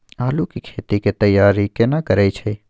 आलू के खेती के तैयारी केना करै छै?